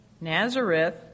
Nazareth